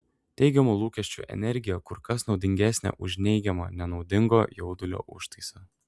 teigiamų lūkesčių energija kur kas naudingesnė už neigiamą nenaudingo jaudulio užtaisą